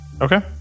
Okay